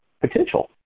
potential